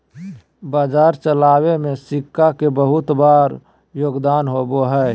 बाजार चलावे में सिक्का के बहुत बार योगदान होबा हई